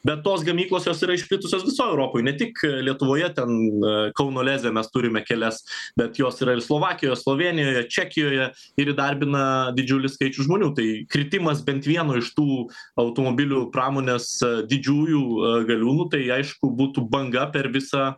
be tos gamyklos jos yra išplitusios visoj europoj ne tik lietuvoje ten kauno leze mes turime kelias bet jos yra ir slovakijoj slovėnijoje čekijoje ir įdarbina didžiulį skaičių žmonių tai kritimas bent vieno iš tų automobilių pramonės didžiųjų galiūnų tai aišku būtų banga per visą